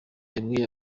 yabwiye